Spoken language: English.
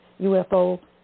UFO